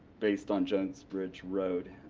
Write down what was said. based on jones bridge road.